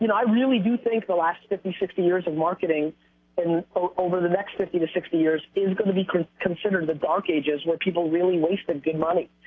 you know i really do think the last fifty, sixty years of marketing and over the next fifty sixty years is going to be considered the dark ages where people really waste and good money.